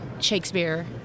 Shakespeare